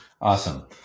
Awesome